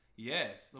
Yes